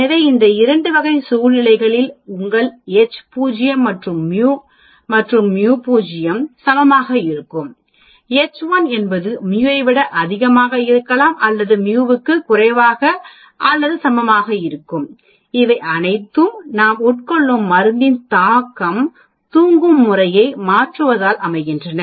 எனவே இந்த 2 வகை சூழ்நிலைகளில் உங்கள் H0 என்பது μ மற்றும் μ 0 க்கு சமமாக இருக்கும் H1 என்பது μ ஐ விட அதிகமாக இருக்கலாம்அல்லது μ க்கும் குறைவாக அல்லதுசமமாக இருக்கும் இவை அனைத்தும் நாம் உட்கொள்ளும் மருந்தின் தாக்கம் தூங்கும் முறையை மாற்றுவதால் அமைகின்றன